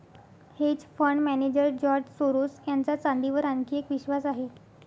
hedge fund manager George Soros यांचा चांदीवर आणखी एक विश्वास आहे